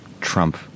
Trump